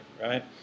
right